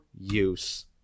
use